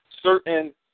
certain